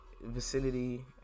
vicinity